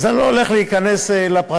אני לא הולך להיכנס לפרטים.